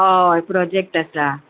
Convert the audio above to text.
हय प्रोजेक्ट आसा